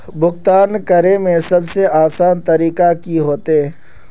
भुगतान करे में सबसे आसान तरीका की होते?